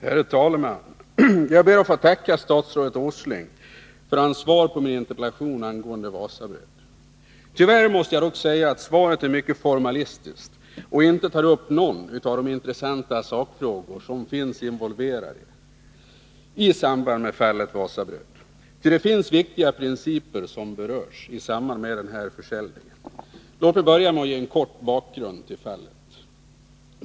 Herr talman! Jag ber att få tacka statsrådet Åsling för hans svar på min interpellation angående Wasabröd. Tyvärr måste jag dock säga att svaret är mycket formalistiskt och inte tar upp någon av de intressanta sakfrågor som finns involverade i fallet Wasabröd. Ty det finns viktiga principer som berörs i samband med försäljningen av Wasabröd. Låt mig ge en kort bakgrund till fallet.